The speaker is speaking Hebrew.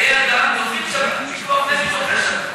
חיי אדם דוחים שבת, פיקוח נפש דוחה שבת.